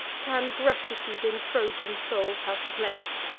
can gratitude in trojan souls have place!